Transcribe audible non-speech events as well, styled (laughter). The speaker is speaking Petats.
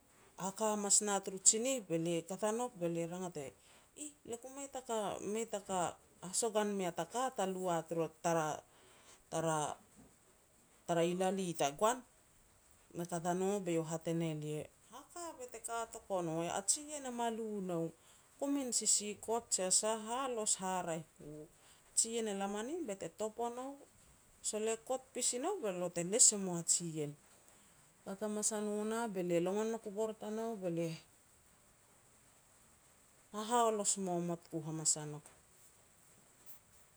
haka hamas na turu tsinih, be lia kat a nouk be lia rangat e (unintelligible) "Ih, lia ku mei taka-mei taka hasagohan mea taka ta lu a turu (unintelligible) tara-tara-tara ilali tagoan." Be kat a no be iau hat e ne lia, "Haka bete ka tok o no, a jiien e ma lu nou, komin sisikot jia sah, halos haraeh ku. Jiien e la manen bete top o nou, sol e kot pasi nou be lo te les e moa jiien." Kat hamas a no nah be lia longon nouk u bor tanou be lia hahaolos momot ku hamas a nouk.